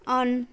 on